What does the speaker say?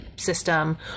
system